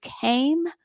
came